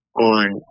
on